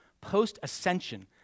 post-ascension